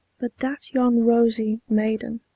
but that yon rosy maiden,